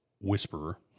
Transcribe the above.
whisperer